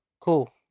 cool